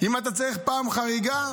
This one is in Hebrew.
אם אתה צריך פעם חריגה,